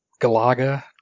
Galaga